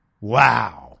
Wow